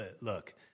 look